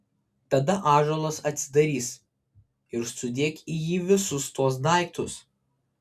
tada ąžuolas atsidarys ir sudėk į jį visus tuos daiktus